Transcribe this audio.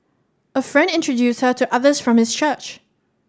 a friend introduced her to others from his church